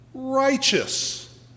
righteous